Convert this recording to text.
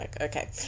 Okay